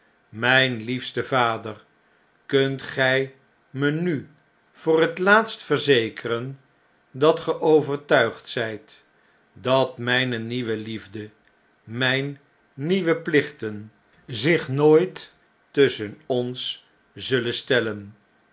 mp liefste vader kunt gij me nu voor het laatst verzekeren dat ge overtuigd zgt dat mpe nieuwe liefde mpe nieuwe plichten zich nooit tusschen ons zullen stellenpik